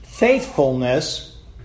Faithfulness